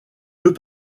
deux